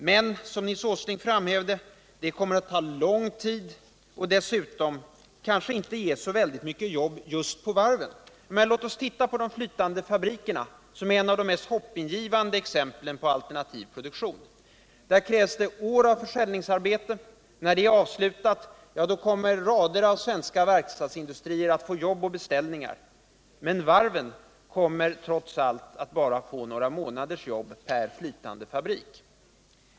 Men — som Nils Åsling framhävde — detta kommer att ta lång tid och dessutom kanske inte ge så väldigt många jobb på varven. Låt oss se på de flytande fabrikerna, som är ett av de mest hoppingivande exemplen på alternativ produktion. Där krävs det år av försäljningsarbete. När det är avslutat kommer rader av svenska verkstadsindustrier att få jobb och beställningar, men varven kommer trots allt att få bara några månaders jobb per flytande fabrik.